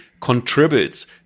contributes